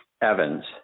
Evans